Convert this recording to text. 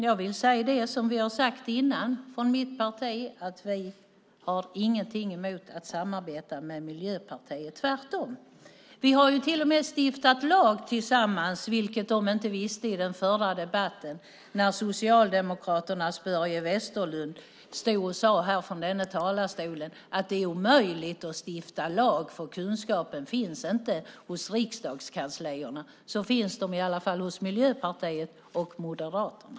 Jag vill säga det som vi har sagt tidigare från mitt parti. Vi har ingenting emot att samarbeta med Miljöpartiet. Tvärtom! Vi har till och med stiftat lag tillsammans, vilket de inte visste i den förra debatten, när Socialdemokraternas Börje Vestlund stod och sade här i talarstolen att det är omöjligt att stifta lag, för kunskapen finns inte hos riksdagskanslierna. Den finns i alla fall hos Miljöpartiet och Moderaterna.